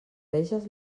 veges